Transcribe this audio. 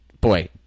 Boy